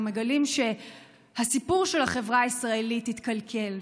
מגלים שהסיפור של החברה הישראלית התקלקל,